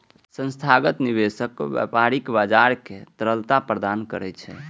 संस्थागत निवेशक व्यापारिक बाजार कें तरलता प्रदान करै छै